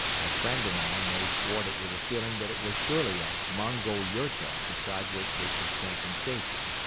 my friend and i made toward it with the feeling that it was surely a mongol yurta beside which we could camp in safety.